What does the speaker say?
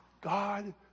God